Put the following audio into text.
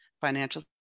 financial